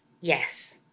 yes